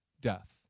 death